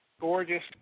gorgeous